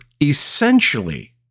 essentially